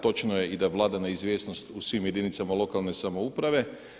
Točno je i da vlada neizvjesnost u svim jedinicama lokalne samouprave.